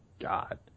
God